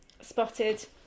spotted